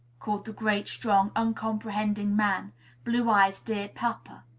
called the great, strong, uncomprehending man blue eyes' dear papa.